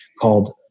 called